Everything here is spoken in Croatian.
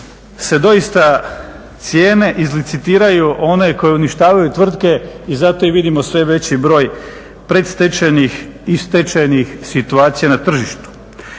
se doista cijene izlicitiraju one koje uništavaju tvrtke i zato i vidimo sve veći broj predstečajnih i stečajnih situacija na tržištu.